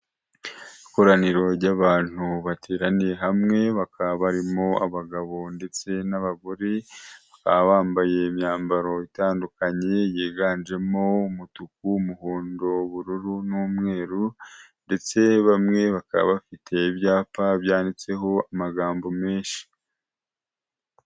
Ikoraniro ry'abantu bateraniye hamwe bakaba barimo abagabo ndetse n'abagore bambaye imyambaro itandukanye yiganjemo umutuku, umuhondo, ubururu n'umweru ndetse bamwe bakaba bafite ibyapa byanditseho amagambo menshi.